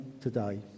today